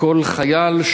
שכל חייל,